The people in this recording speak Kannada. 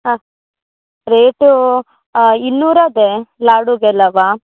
ಹಾಂ ರೇಟೂ ಇನ್ನೂರು ಇದೆ ಲಾಡುಗೆಲ್ಲ